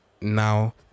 now